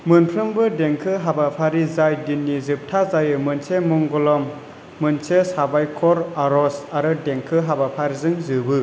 मोनफ्रोमबो देंखो हाबाफारि जाय दिननि जोबथा जायो मोनसे मंगलम मोनसे साबायखर आर'ज आरो देंखो हाबाफारिजों जोबो